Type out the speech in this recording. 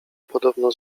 podobno